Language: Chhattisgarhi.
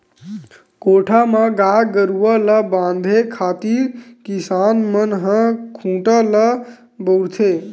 कोठा म गाय गरुवा ल बांधे खातिर किसान मन ह खूटा ल बउरथे